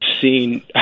seen